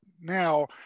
now